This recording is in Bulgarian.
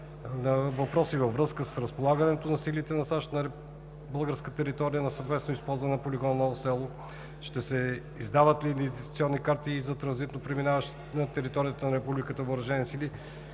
въпроси във връзка с разполагането на сили на САЩ на българска територия за съвместното използване на полигона в Ново село; „ще се издават ли идентификационни карти и за транзитно преминаващи през територията на Република